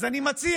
אז אני מציע